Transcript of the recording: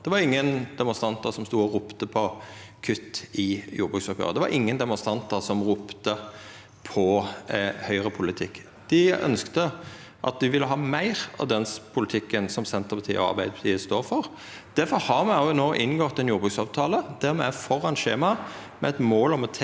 Det var ingen demonstrantar som stod og ropte på kutt i jordbruksoppgjeret. Det var ingen demonstrantar som ropte på høgrepolitikk. Dei ønskte og ville ha meir av den politikken som Senterpartiet og Arbeidarpartiet står for. Difor har me no inngått ein jordbruksavtale der me er føre skje ma, med eit mål om å tetta